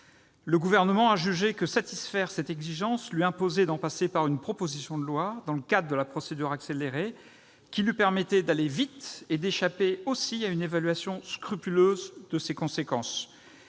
Le Gouvernement a jugé que satisfaire cette exigence lui imposait d'en passer par une proposition de loi, dans le cadre de la procédure accélérée, qui lui permettrait d'aller vite et, partant, d'échapper à une évaluation scrupuleuse des conséquences